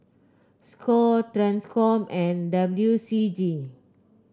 Score Transcom and W C G